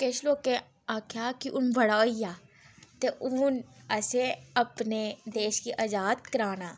किश लोकें आखेआ कि हून बड़ा होई गेआ ते हून असें अपने देश गी अज़ाद कराना